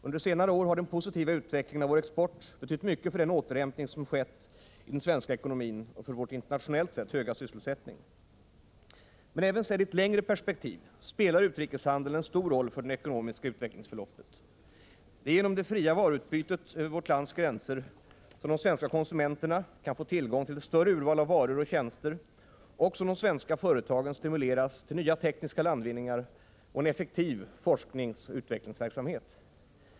Under senare år har den positiva utvecklingen av vår export betytt mycket för den återhämtning som skett i den svenska ekonomin och för vår internationellt sett höga sysselsättning. Även sedd i ett längre perspektiv spelar utrikeshandeln en stor roll i det ekonomiska utvecklingsförloppet. Det är genom det fria varuutbytet över vårt lands gränser som de svenska konsumenterna kan få tillgång till ett större urval av varor och tjänster och som de svenska företagen stimuleras till nya tekniska landvinningar och en effektiv forskningsoch utvecklingsverksamhet.